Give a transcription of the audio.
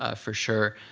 ah for sure.